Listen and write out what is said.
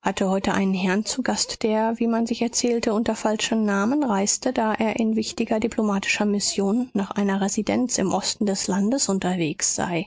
hatte heute einen herrn zu gast der wie man sich erzählte unter falschem namen reiste da er in wichtiger diplomatischer mission nach einer residenz im osten des landes unterwegs sei